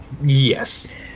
Yes